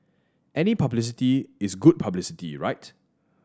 any publicity is good publicity right